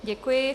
Děkuji.